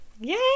Yay